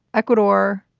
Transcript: ecuador,